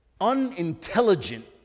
unintelligent